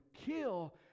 kill